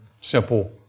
simple